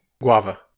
Guava